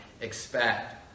expect